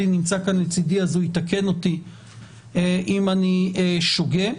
נמצא לצדי ויתקן אותי אם אני שוגה,